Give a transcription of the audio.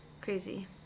Crazy